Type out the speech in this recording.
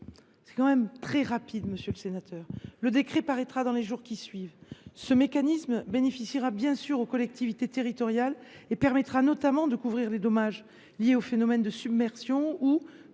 est quand même très court, monsieur le sénateur ! Le décret paraîtra dans les jours qui suivront. Ce mécanisme bénéficiera évidemment aux collectivités territoriales et permettra, notamment, de couvrir les dommages liés aux phénomènes de submersion ou de